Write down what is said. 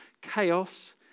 chaos